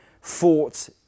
fought